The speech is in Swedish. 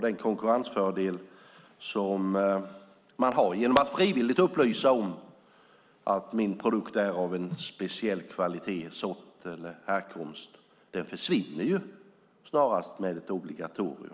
Den konkurrensfördel man har genom att frivilligt upplysa om att min produkt är av speciell kvalitet, sort eller härkomst försvinner med ett obligatorium.